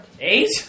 Eight